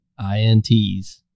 INTs